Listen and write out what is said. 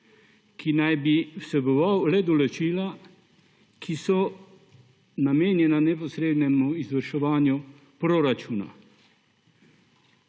ki naj bi vseboval le določila, ki so namenjena neposrednemu izvrševanju proračuna.